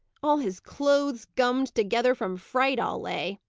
all his clothes gummed together from fright, i'll lay.